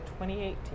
2018